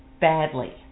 Badly